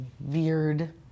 veered